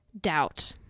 doubt